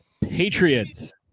Patriots